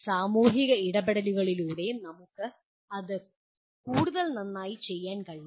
സാമൂഹിക ഇടപെടലുകളിലൂടെ നമുക്ക് അത് കൂടുതൽ നന്നായി ചെയ്യാൻ കഴിയും